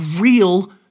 real